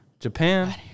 Japan